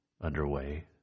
underway